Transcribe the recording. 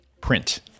Print